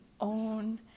own